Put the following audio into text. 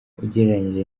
ugereranyije